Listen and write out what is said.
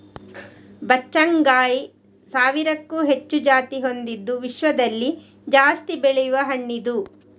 ಬಚ್ಚಗಾಂಯಿ ಸಾವಿರಕ್ಕೂ ಹೆಚ್ಚು ಜಾತಿ ಹೊಂದಿದ್ದು ವಿಶ್ವದಲ್ಲಿ ಜಾಸ್ತಿ ಬೆಳೆಯುವ ಹಣ್ಣಿದು